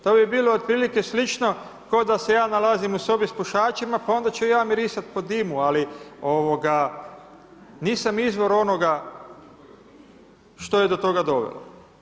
To bi bilo otprilike slično, ko da se ja nalazim u sobi s pušačima, pa onda ću ja mirisati po dimu, ali nisam izvor onoga što je do toga dovelo.